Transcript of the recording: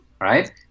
right